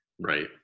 Right